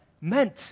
meant